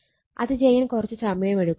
അത് ചെയ്യാൻ കുറച്ചു സമയം എടുക്കും